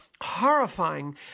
horrifying